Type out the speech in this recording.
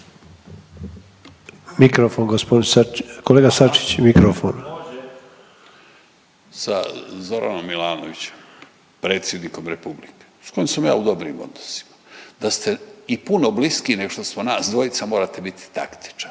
**Prkačin, Ante (HRB)** Sa Zoranom Milanovićem predsjednikom Republike sa kojim sam ja u dobrim odnosima. Da ste i puno bliskiji nego što smo nas dvojica morate biti taktičar.